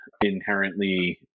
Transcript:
inherently